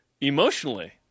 emotionally